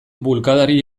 bulkadari